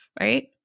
right